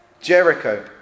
Jericho